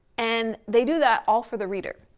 and they do that all for the reader.